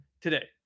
today